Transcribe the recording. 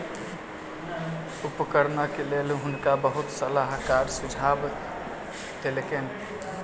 उपकरणक लेल हुनका बहुत सलाहकार सुझाव देलकैन